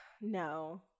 No